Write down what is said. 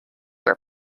were